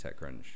TechCrunch